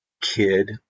kid